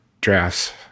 drafts